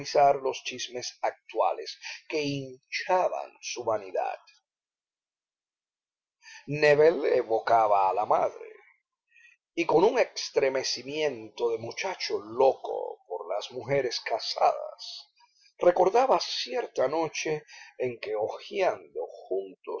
los chismes actuales que hinchaban su vanidad nébel evocaba a la madre y con un extremecimiento de muchacho loco por las mujeres casadas recordaba cierta noche en que hojeando juntos